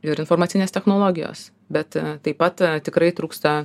ir informacinės technologijos bet taip pat tikrai trūksta